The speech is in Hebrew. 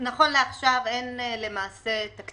נכון לעכשיו אין תקציב